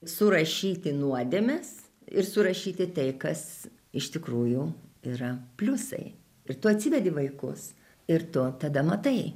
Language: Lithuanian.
surašyti nuodėmes ir surašyti tai kas iš tikrųjų yra pliusai ir tu atsivedi vaikus ir tu tada matai